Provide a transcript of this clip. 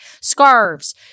scarves